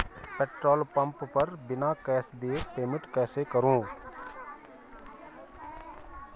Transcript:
Petrol pump पर बिना cash दिए पेमेंट कैसे करूँ?